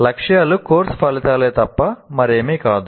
లక్ష్యాలు కోర్సు ఫలితాలే తప్ప మరేమీ కాదు